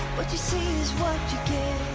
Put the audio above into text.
what you see is what you get